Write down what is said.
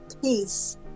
peace